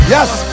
Yes